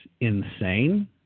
insane